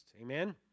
Amen